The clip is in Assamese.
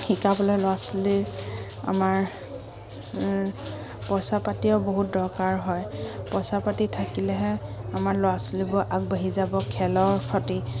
শিকাবলৈ ল'ৰা ছোৱালীৰ আমাৰ পইচা পাতিও বহুত দৰকাৰ হয় পইচা পাতি থাকিলেহে আমাৰ ল'ৰা ছোৱালীবোৰ আগবাঢ়ি যাব খেলৰ প্ৰতি